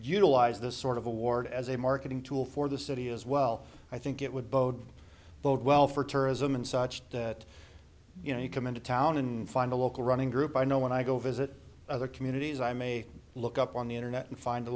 utilize this sort of award as a marketing tool for the city as well i think it would bode bode well for tourism in such that you know you come into town and find a local running group i know when i go visit other communities i may look up on the internet and find a